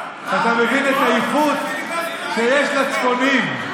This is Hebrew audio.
אתה מבין את האיכות שיש לצפוניים.